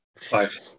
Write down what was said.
Five –